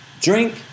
drink